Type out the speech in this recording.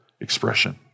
expression